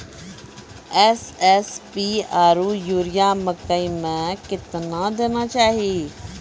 SSP आरु urea मकई मे कितना देना चाहिए?